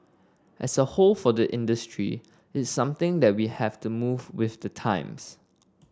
as a whole for the industry it's something that we have to move with the times